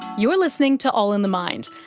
you're listening to all in the mind,